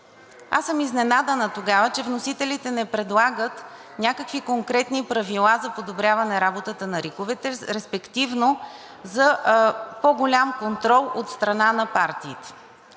Аз съм изненадана тогава, че вносителите не предлагат някакви конкретни правила за подобряване работата на РИК-овете, респективно за по-голям контрол от страна на партиите,